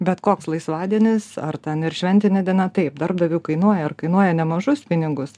bet koks laisvadienis ar ten ir šventinė diena taip darbdaviui kainuoja ir kainuoja nemažus pinigus